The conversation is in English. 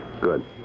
Good